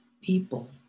people